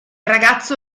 ragazzo